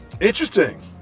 Interesting